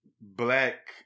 black